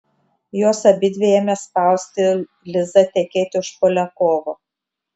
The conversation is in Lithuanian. jos abidvi ėmė spausti lizą tekėti už poliakovo